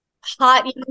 hot